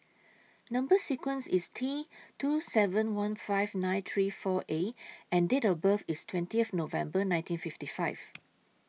Number sequence IS T two seven one five nine three four A and Date of birth IS twentieth November nineteen fifty five